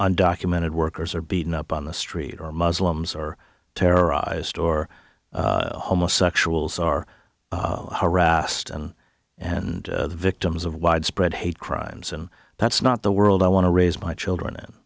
ndocumented workers are beaten up on the street or muslims or terrorized or homosexuals are harassed and and victims of widespread hate crimes and that's not the world i want to raise my children